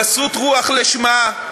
גסות רוח לשמה,